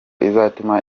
izatuma